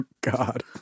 God